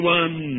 one